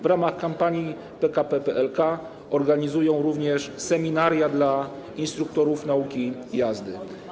W ramach kampanii PKP PLK organizują również seminaria dla instruktorów nauki jazdy.